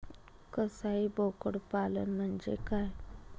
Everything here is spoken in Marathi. कसाई बोकड पालन म्हणजे काय?